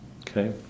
okay